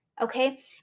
Okay